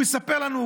והוא יספר לנו: